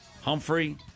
Humphrey